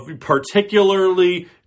particularly